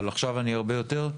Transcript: אבל עכשיו הרבה יותר.